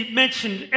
mentioned